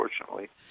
unfortunately